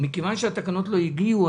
מכיוון שהתקנות לא הגיעו,